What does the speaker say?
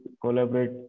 collaborate